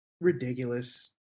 ridiculous